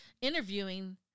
Interviewing